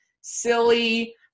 silly